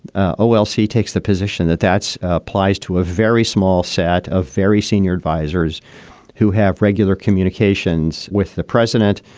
ah oh, well, she takes the position that that's applies to a very small set of very senior advisers who have regular communications with the president.